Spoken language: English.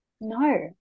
No